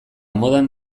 modan